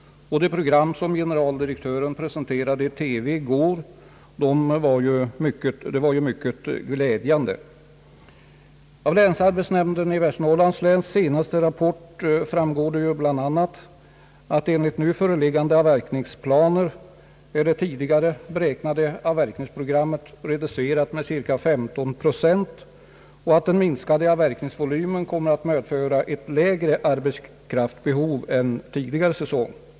Det program som generaldirektör Olsson presenterade i TV i går var ju mycket glädjande. Av den senaste rapporten från länsarbetsnämnden i Västernorrland framgår bl.a., att enligt nu föreliggande avverkningsplaner är det tidigare beräknade avverkningsprogrammet reducerat med cirka 15 procent och att den minskade avverkningsvolymen kommer att medföra lägre arbetskraftsbehov än tidigare säsonger.